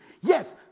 Yes